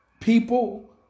people